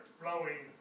flowing